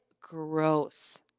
gross